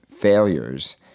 failures